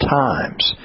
times